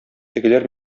тегеләр